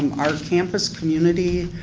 our campus community,